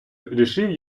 рішив